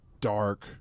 dark